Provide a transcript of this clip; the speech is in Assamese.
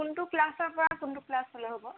কোনটো ক্লাছৰ পৰা কোনটো ক্লাছলৈ হ'ব